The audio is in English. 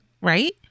Right